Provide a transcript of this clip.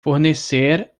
fornecer